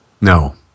No